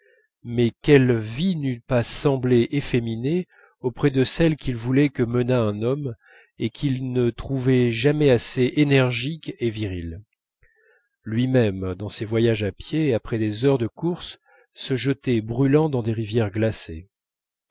mais quelle vie n'eût pas semblé efféminée auprès de celle qu'il voulait que menât un homme et qu'il ne trouvait jamais assez énergique et virile lui-même dans ses voyages à pied après des heures de course se jetait brûlant dans des rivières glacées